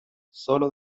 solo